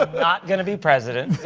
ah not going to be president.